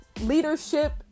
leadership